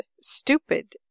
stupid